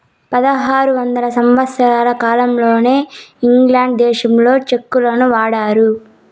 పదహారు వందల సంవత్సరాల కాలంలోనే ఇంగ్లాండ్ దేశంలో చెక్కులను వాడినారు